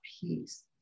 peace